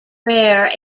rare